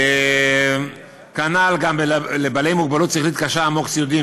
כנ"ל גם בעלי מוגבלות שכלית קשה/עמוק/סיעודיים,